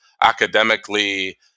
academically